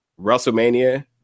WrestleMania